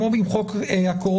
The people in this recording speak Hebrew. כמו עם חוק הקורונה,